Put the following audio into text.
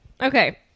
okay